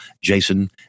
Jason